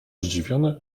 zdziwiony